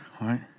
right